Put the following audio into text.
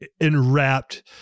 enwrapped